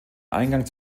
eingang